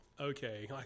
okay